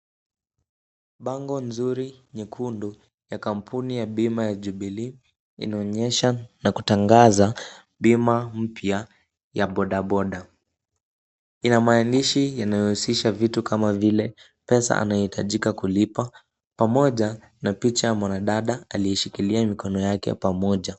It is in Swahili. Bango nzuri nyekundu ya kampuni ya bima ya Jubilee inaonyesha na kutangaza bima mpya ya bodaboda. Ina maandishi yanayohusisha vitu kama vile pesa anayohitajika kulipa pamoja na picha ya mwanadada aliyeshikilia mikono yake pamoja.